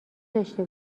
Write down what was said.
داشته